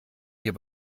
hier